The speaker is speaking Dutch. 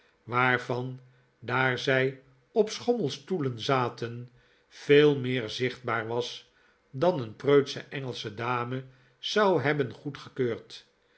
waarvan daar zij op schommelstoelen zaten veel meer zichtbaar was dan een preutsche engelsche dame zou hebben goedgekeurd